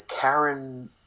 Karen